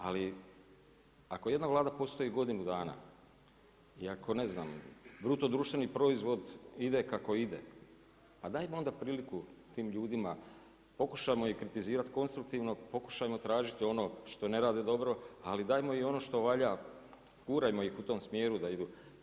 Ali ako jedna Vlada postoji godinu dana i ako ne znam BDP ide kako ide, pa dajmo onda priliku tim ljudima, pokušajmo ih kritizirati konstruktivno, pokušajmo tražiti ono što ne rade dobro, ali dajmo i ono što valja, gurajmo ih u tom smjeru da idu.